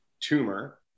tumor